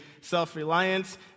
self-reliance